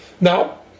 Now